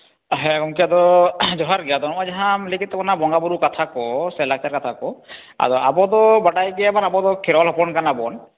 ᱦᱮᱸ ᱜᱚᱝᱮ ᱟᱫᱚ ᱡᱚᱦᱟᱨ ᱜᱮ ᱟᱫᱚ ᱦᱚᱸᱜᱼᱚᱭ ᱡᱟᱦᱟᱸᱢ ᱞᱟᱹᱭ ᱠᱮᱫ ᱛᱟᱵᱚᱱᱟ ᱵᱚᱸᱜᱟ ᱵᱩᱨᱩ ᱠᱟᱛᱷᱟ ᱠᱚ ᱥᱮ ᱞᱟᱠᱪᱟᱨ ᱠᱟᱛᱷᱟ ᱠᱚ ᱟᱫᱚ ᱟᱵᱚ ᱫᱚ ᱵᱟᱰᱟᱭ ᱜᱮᱭᱟᱵᱚᱱ ᱟᱵᱚ ᱫᱚ ᱠᱷᱮᱨᱣᱟᱞ ᱦᱚᱯᱚᱱ ᱠᱟᱱᱟ ᱵᱚᱱ